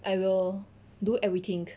I will do everything